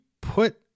put